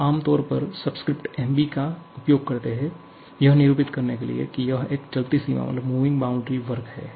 हम आम तौर पर सबस्क्रिप्ट 'mb' का उपयोग करते हैं यह निरूपित करने के लिए कि यह एक चलती सीमा का कार्य है